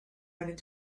running